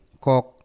kok